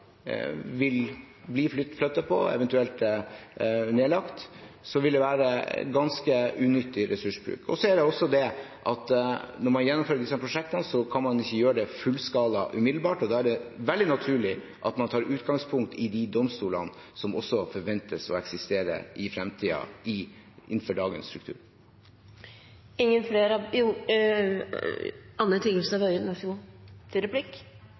vil bli flyttet på, eventuelt nedlagt, vil det være en ganske unyttig ressursbruk. Så er det også slik at når man gjennomfører disse prosjektene, kan man ikke gjøre det fullskala umiddelbart, og da er det veldig naturlig at man tar utgangspunkt i de domstolene som forventes å eksistere innenfor dagens struktur også i fremtiden. Replikkordskiftet er dermed omme. De talere som heretter får ordet, har en taletid på inntil 3 minutter. Det var ikke akkurat mye nytt i innlegget til